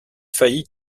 failli